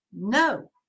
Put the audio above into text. no